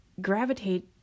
gravitate